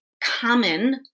common